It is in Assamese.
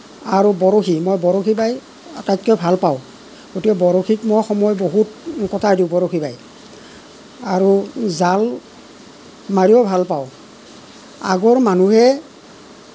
আৰু বৰশী মই বৰশী বাই আটাইতকৈ ভাল পাওঁ গতিকে বৰশীত মই সময় বহুত কটাই দিওঁ বৰশী বাই আৰু জাল মাৰিও ভাল পাওঁ আগৰ মানুহে